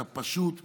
אתה פשוט מפחד.